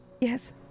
Yes